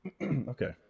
Okay